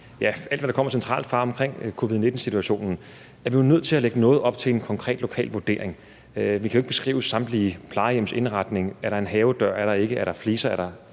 af det, der kommer fra centralt hold omkring covid-19-situationen, er vi jo nødt til at lægge op til en konkret lokal vurdering. Vi kan jo ikke beskrive samtlige plejehjems indretning: Er der en havedør? Er der ikke? Er der fliser?